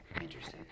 Interesting